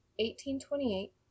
1828